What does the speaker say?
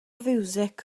fiwsig